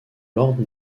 l’ordre